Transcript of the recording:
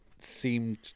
seemed